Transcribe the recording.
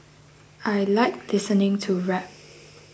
I like listening to rap